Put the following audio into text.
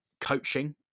coaching